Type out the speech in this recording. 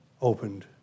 opened